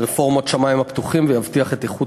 רפורמת השמים הפתוחים ויבטיח את איכות